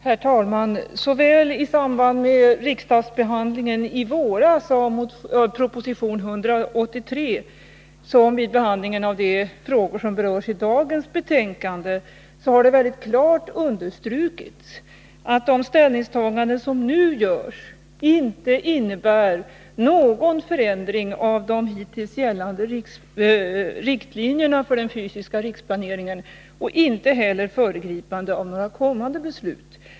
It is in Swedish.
Herr talman! Såväl i samband med riksdagsbehandlingen i våras av proposition 1980/81:183 som vid behandlingen av de frågor som berörs i dagens betänkande har det klart understrukits att de ställningstaganden som nu görs inte innebär någon förändring av de hittills gällande riktlinjerna för den fysiska riksplaneringen och inte heller föregripande av några kommande beslut.